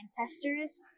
ancestors